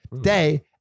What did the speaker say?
day